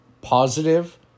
positive